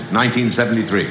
1973